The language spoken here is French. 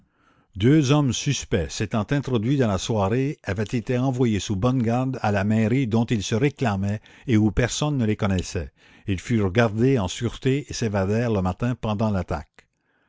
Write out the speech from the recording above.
deux hommes suspects s'étant introduits dans la soirée avaient été envoyés sous bonne garde à la mairie dont ils se réclamaient et où personne ne les connaissait ils furent gardés en sûreté et s'évadèrent le matin pendant l'attaque